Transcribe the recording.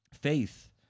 Faith